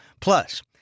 Plus